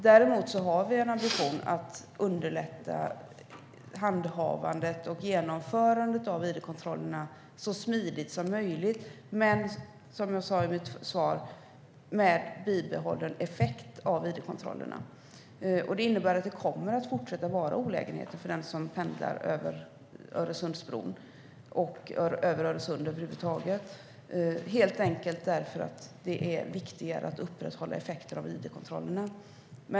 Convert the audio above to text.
Däremot har regeringen en ambition att underlätta handhavandet och genomförandet av id-kontrollerna så smidigt som möjligt men med bibehållen effekt av id-kontrollerna. Det innebär att det kommer att fortsätta att vara olägenheter för den som pendlar över Öresundsbron och över huvud taget över Öresund. Det är viktigare att upprätthålla effekterna av id-kontrollerna.